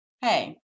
hey